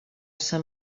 sant